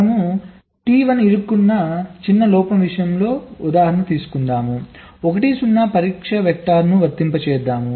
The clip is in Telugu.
మనము T1 ఇరుక్కున్న చిన్న లోపం విషయంలో ఉందాం తీసుకుందాం 1 0 పరీక్ష వెక్టర్ను వర్తింపజేద్దాం